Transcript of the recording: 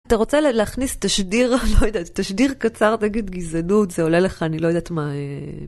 אתה רוצה להכניס תשדיר, לא יודעת, תשדיר קצר, נגד גזענות, זה עולה לך, אני לא יודעת מה...